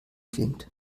klingt